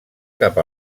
cap